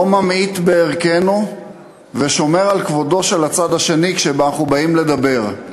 לא ממעיט בערכנו ושומר על כבודו של הצד השני כשאנחנו באים לדבר.